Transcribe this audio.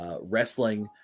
wrestling